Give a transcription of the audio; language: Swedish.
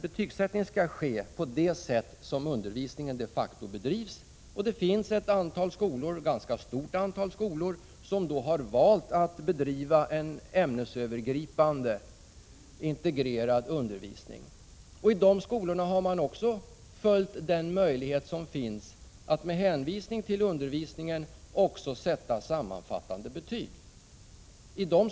Betygsättningen skall ske utifrån det sätt på vilket undervisningen de facto bedrivs, och det finns ett ganska stort antal skolor som har valt att bedriva en ämnesövergripande, integrerad undervisning. I dessa skolor har man också tillvaratagit den möjlighet som finns, nämligen att med hänvisning till undervisningen sätta sammanfattande betyg.